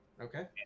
Okay